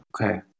Okay